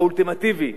האולטימטיבי,